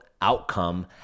outcome